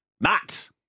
Matt